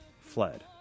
fled